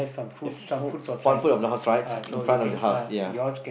if full of the house right in front of the house ya